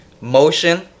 motion